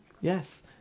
Yes